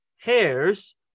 hairs